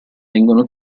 vengono